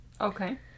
Okay